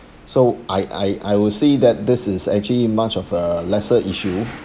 so I I I will say that this is actually much of a lesser issue